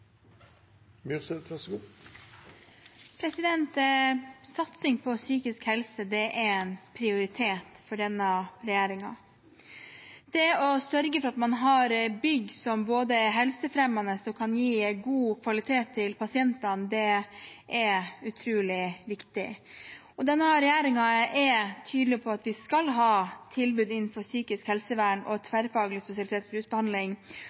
en prioritet for denne regjeringen. Det å sørge for at man har bygg som både er helsefremmende og kan gi god kvalitet til pasientene, er utrolig viktig. Denne regjeringen er tydelig på at vi skal ha et tilbud innen psykisk helsevern og tverrfaglig spesialisert rusbehandling